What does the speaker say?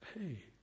hey